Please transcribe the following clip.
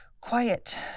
quiet